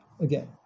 again